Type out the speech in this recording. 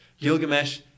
Gilgamesh